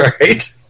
right